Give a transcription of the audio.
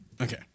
Okay